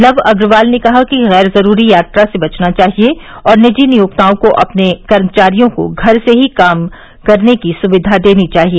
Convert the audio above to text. love Agarwal ने कहा कि गैर जरूरी यात्रा से बचना चाहिए और निजी नियोक्ताओं को अपने कर्मचारियों को घर से ही काम करने की सुविधा देनी चाहिए